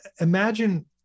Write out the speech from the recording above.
Imagine